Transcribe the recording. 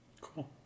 Cool